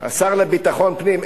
השר לביטחון פנים,